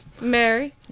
Mary